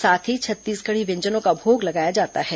साथ ही छत्तीसगढ़ी व्यंजनों का भोग लगाया जाता है